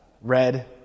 red